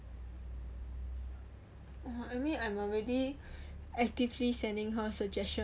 I mean I'm already actively sending her suggestions